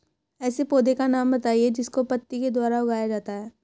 ऐसे पौधे का नाम बताइए जिसको पत्ती के द्वारा उगाया जाता है